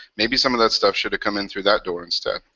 maybe some of that stuff should've come in through that door instead.